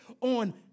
on